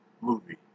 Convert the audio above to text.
movie